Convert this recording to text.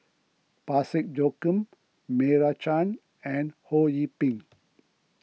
Parsick Joaquim Meira Chand and Ho Yee Ping